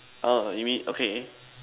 uh you mean okay